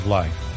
life